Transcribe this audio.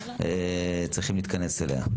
וצריכים להתכנס אליה.